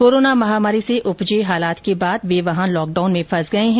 corona महामारी से उपजे हालातों के बाद वे वहां लॉकडाउन में फंस गए है